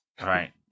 Right